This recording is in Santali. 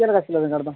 ᱪᱮᱫ ᱞᱮᱠᱟ ᱠᱤᱞᱳ ᱵᱮᱸᱜᱟᱲ ᱫᱚ